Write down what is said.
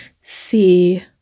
see